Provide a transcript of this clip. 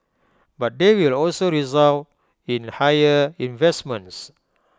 but they will also result in higher investments